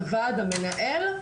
הוועד המנהל,